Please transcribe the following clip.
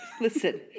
listen